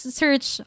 search